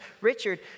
Richard